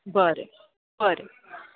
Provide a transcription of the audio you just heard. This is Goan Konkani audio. बरें बरें